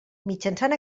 mitjançant